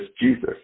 Jesus